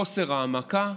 חוסר העמקה,